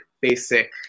basic